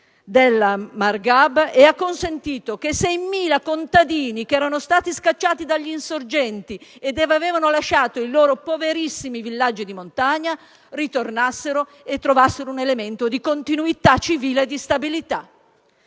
del Murghab e ha consentito che 6.000 contadini che erano stati scacciati dagli insorgenti e avevano lasciato i loro poverissimi villaggi di montagna ritornassero e trovassero un elemento di continuità civile e di stabilità.